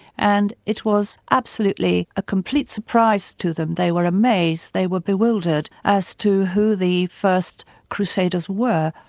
and it was absolutely a complete surprise to them. they were amazed, they were bewildered, as to who the first crusaders were.